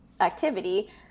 activity